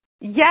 Yes